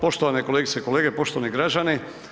Poštovane kolegice i kolege, poštovani građani.